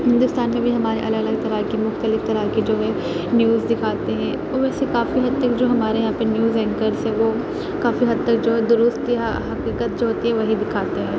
ہندوستان میں بھی ہماری الگ الگ طرح کے مختلف طرح کے جو ہے نیوز دکھاتے ہیں ویسے کافی حد تک جو ہمارے یہاں پہ نیوز اینکرس ہیں وہ کافی حد تک جو درست یا حقیقت جو ہوتی ہے وہی دکھاتے ہیں